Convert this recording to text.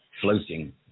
floating